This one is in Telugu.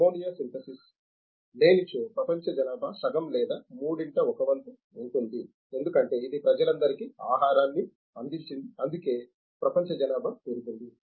అమ్మోనియా సింథసిస్ లేని చో ప్రపంచ జనాభా సగం లేదా మూడింట ఒక వంతు ఉంటుంది ఎందుకంటే ఇది ప్రజలందరికీ ఆహారాన్ని అందించింది అందుకే ప్రపంచ జనాభా పెరిగింది